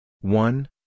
one